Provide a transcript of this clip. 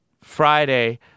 Friday